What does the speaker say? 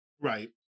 Right